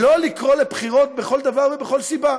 שלא לקרוא לבחירות בכל דבר ובכל סיבה,